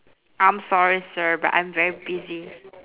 I'm sorry sir but I'm very busy